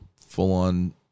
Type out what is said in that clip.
full-on